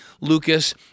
Lucas